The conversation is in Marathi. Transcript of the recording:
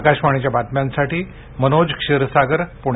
आकाशवाणी बातम्यांसाठी मनोज क्षीरसागर पुणे